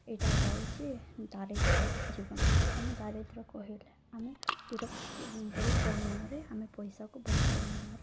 ଏଇଟା ଯାଉଛି ଦାରିଦ୍ର୍ୟ ଜୀବନ ମାନେ ଦାରିଦ୍ର୍ୟ କହିଲେ ଆମେ ଯେଉଁଟାକି ବହୁତ ପରିମାଣରେ ଆମେ ପଇସାକୁ ବହୁତ ପରିମାଣରେ